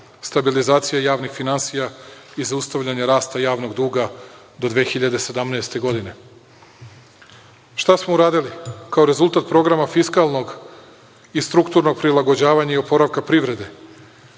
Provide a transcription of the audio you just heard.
stabilizacija javnih finansija i zaustavljanje rasta javnog duga do 2017. godine. Šta smo uradili? Kao rezultat programa fiskalnog i strukturno prilagođavanje i oporavka privrede